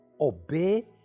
Obey